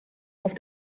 auf